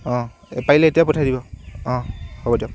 অঁ পাৰিলে এতিয়া পঠাই দিব অঁ হ'ব দিয়ক